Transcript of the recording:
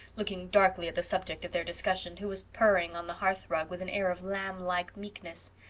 looking darkly at the subject of their discussion, who was purring on the hearth rug with an air of lamb-like meekness.